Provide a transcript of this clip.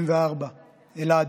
בן 64, מאלעד,